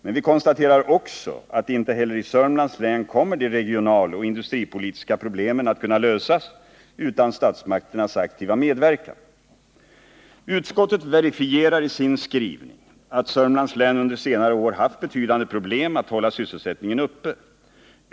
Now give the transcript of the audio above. Men vi konstaterar också att inte heller i Sörmlands län kommer de regionaloch industripolitiska problemen att kunna lösas utan statsmakternas aktiva medverkan. Utskottet verifierar i sin skrivning att Sörmlands län under senare år haft betydande problem att hålla sysselsättningen uppe.